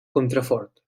contrafort